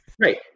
Right